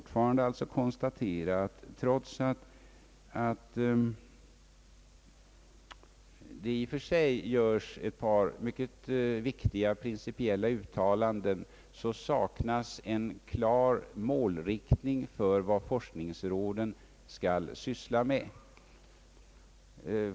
Trots att det görs ett par i och för sig mycket viktiga principiella uttalanden, kan det konstateras att en klar målinriktning saknas för vad forskningsråden skall syssla med.